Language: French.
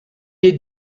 est